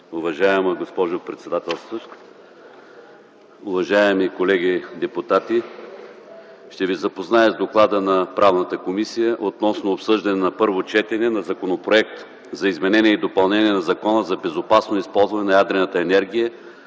Уважаема госпожо председателстващ, уважаеми колеги депутати! Ще Ви запозная с: „ДОКЛАД на Комисията по правни въпроси относно обсъждане на първо четене на Законопроект за изменение и допълнение на Закона за безопасно използване на ядрената енергия,